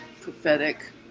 prophetic